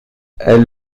elle